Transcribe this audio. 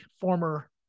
former